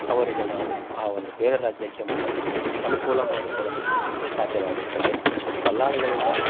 ಅವರಿಗೆ ನಾವು ಆ ಒಂದು ಬೇರೆ ರಾಜ್ಯಕ್ಕೆ ಮಾರಲು ಅನುಕೂಲ ಮಾಡಿಕೊಡಲಿಕ್ಕೆ ಸಾಧ್ಯವಾಗುತ್ತದೆ ದಲ್ಲಾಳಿಗಳಿಂದ